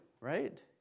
right